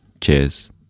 Cheers